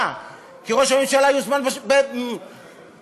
ראש הממשלה יוזמן בחורף, ובשבוע הבא, שבוע הבא,